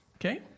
Okay